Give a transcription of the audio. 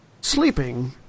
sleeping